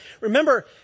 Remember